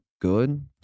good